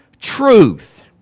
truth